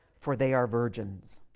for they are virgins.